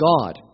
God